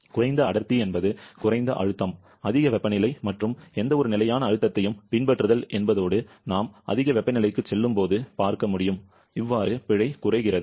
குறைந்த அடர்த்தி என்பது குறைந்த அழுத்தம் அதிக வெப்பநிலை மற்றும் எந்தவொரு நிலையான அழுத்தத்தையும் பின்பற்றுதல் என்பதோடு நாம் அதிக வெப்பநிலைக்குச் செல்லும்போது பார்க்க முடியும் பிழை குறைகிறது